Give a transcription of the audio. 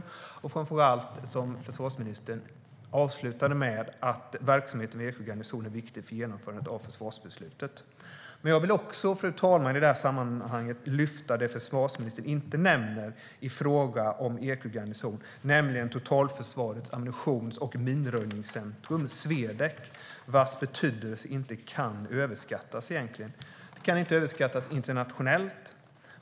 Det gäller framför allt, som försvarsministern avslutade med, att verksamheten vid Eksjö garnison är viktig för genomförande av försvarsbeslutet. Fru talman! Jag vill också i det sammanhanget lyfta fram det som försvarsministern inte nämner i fråga om Eksjö garnison, nämligen Totalförsvarets ammunitions och minröjningscentrum, Swedec, vars betydelse egentligen inte kan överskattas internationellt.